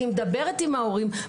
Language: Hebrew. אני מדברת עם ההורים.